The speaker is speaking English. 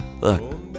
Look